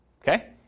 Okay